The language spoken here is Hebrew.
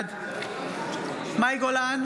בעד מאי גולן,